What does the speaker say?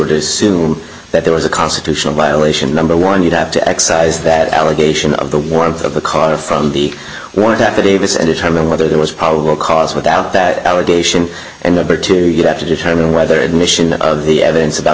to sume that there was a constitutional violation number one you'd have to excise that allegation of the warmth of the car from the one of the affidavit at the time and whether there was probable cause without that allegation and number two you have to determine whether admission of the evidence about